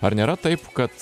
ar nėra taip kad